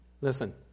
listen